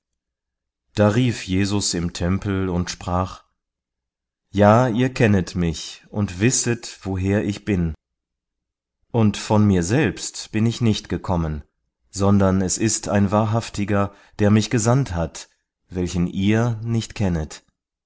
da rief jesus im tempel und sprach ja ihr kennet mich und wisset woher ich bin und von mir selbst bin ich nicht gekommen sondern es ist ein wahrhaftiger der mich gesandt hat welchen ihr nicht kennet